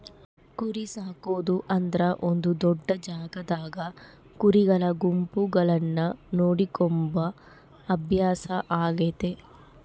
ಕುರಿಸಾಕೊದು ಅಂದ್ರ ಒಂದು ದೊಡ್ಡ ಜಾಗದಾಗ ಕುರಿಗಳ ಗುಂಪುಗಳನ್ನ ನೋಡಿಕೊಂಬ ಅಭ್ಯಾಸ ಆಗೆತೆ